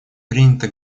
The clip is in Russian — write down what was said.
принято